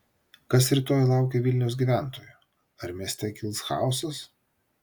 kas rytoj laukia vilnius gyventojų ar mieste kils chaosas